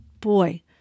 boy